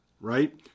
right